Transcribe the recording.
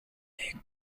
egg